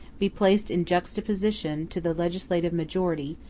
be placed in juxtaposition to the legislative majority,